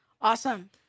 Awesome